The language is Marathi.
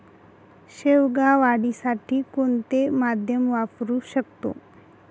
शेवगा वाढीसाठी कोणते माध्यम वापरु शकतो?